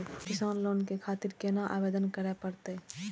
किसान लोन के खातिर केना आवेदन करें परतें?